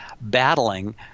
battling